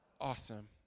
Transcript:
awesome